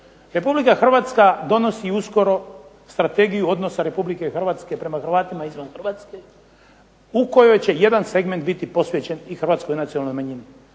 Republika Hrvatska donosi uskoro Strategiju odnosa Republike Hrvatske prema Hrvatima izvan Republike Hrvatske, u kojoj će jedan segment biti posvećen i hrvatskoj nacionalnoj manjini.